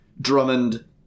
Drummond